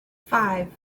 five